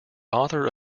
author